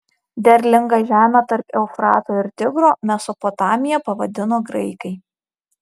derlingą žemę tarp eufrato ir tigro mesopotamija pavadino graikai